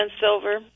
silver